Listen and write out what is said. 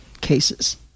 cases